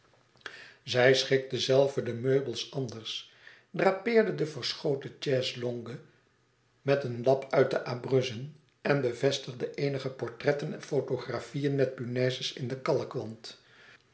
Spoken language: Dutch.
zij schikte zelve de meubels anders drapeerde de verschoten chaise-longue met een lap uit de abruzzen en bevestigde eenige portretten en fotografieën met punaises in den